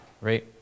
right